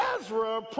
Ezra